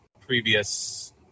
previous